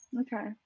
Okay